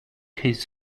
his